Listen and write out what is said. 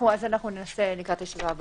ננסה לקראת הישיבה הבאה.